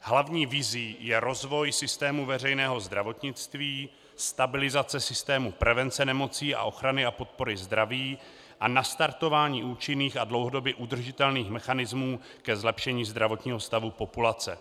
Hlavní vizí je rozvoj systému veřejného zdravotnictví, stabilizace systému nemocí a ochrany a podpory zdraví a nastartování účinných a dlouhodobě udržitelných mechanismů ke zlepšení zdravotního stavu populace.